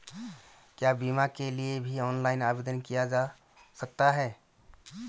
क्या बीमा के लिए भी ऑनलाइन आवेदन किया जा सकता है?